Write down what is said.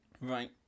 right